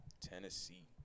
Tennessee